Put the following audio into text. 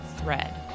thread